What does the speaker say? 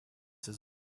his